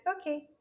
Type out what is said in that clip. okay